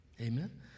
Amen